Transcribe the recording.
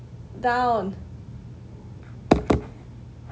down